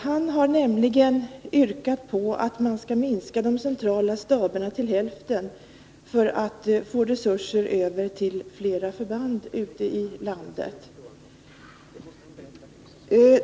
Han har nämligen yrkat att man skall minska de centrala staberna till hälften för att få resurser Över till flera förband ute i landet.